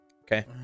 okay